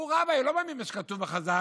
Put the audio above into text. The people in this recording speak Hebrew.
הוא רביי, הוא לא מאמין במה שכתוב בחז"ל,